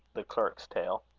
the clerk's tale.